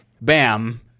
Bam